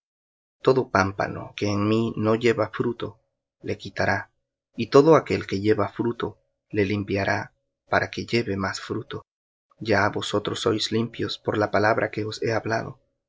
todo pámpano que en mí no lleva fruto le quitará y todo aquel que lleva fruto le limpiará para que lleve más fruto ya vosotros sois limpios por la palabra que os he hablado